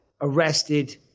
arrested